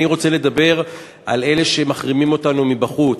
אני רוצה לדבר על אלה שמחרימים אותנו מבחוץ,